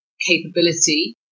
capability